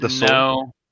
No